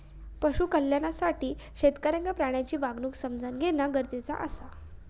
पशु कल्याणासाठी शेतकऱ्याक प्राण्यांची वागणूक समझान घेणा गरजेचा आसा